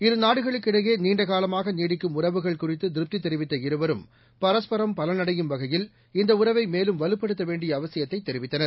இருநாடுகளுக்கு இடையேநீண்டகாலமாகநீடிக்கும் உறவுகள் குறித்துதிருப்திதெரிவித்த இருவரும் பரஸ்பரம் பலனடையும் வகையில் இந்தஉறவைமேலும் வலுப்படுத்தவேண்டியஅவசியத்தைதெரிவித்தனர்